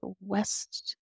West